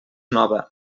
nova